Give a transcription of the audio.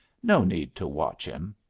no need to watch him.